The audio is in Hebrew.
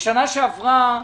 בשנה שעברה